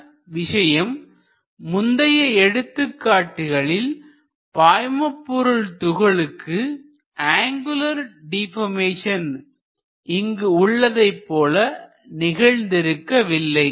மற்றொரு முக்கியமான விஷயம் முந்தைய எடுத்துக்காட்டுகளில் பாய்மபொருள் துகளுக்கு அங்குலர் டிபர்மேசன் இங்கு உள்ளதைப் போல நிகழ்ந்து இருக்கவில்லை